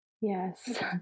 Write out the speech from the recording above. Yes